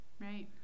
Right